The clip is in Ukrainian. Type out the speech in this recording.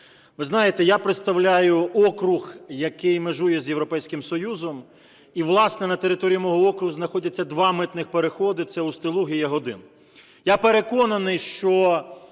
Ви знаєте, я представляю округ, який межує з Європейським Союзом і, власне, на території мого округу знаходяться два митних переходи: це "Устилуг" і "Ягодин". Я переконаний, що